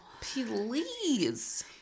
Please